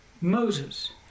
Moses